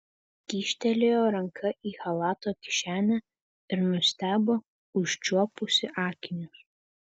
kyštelėjo ranką į chalato kišenę ir nustebo užčiuopusi akinius